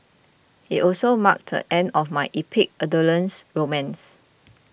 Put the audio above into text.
it also marked the end of my epic adolescent romance